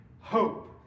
hope